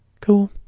Cool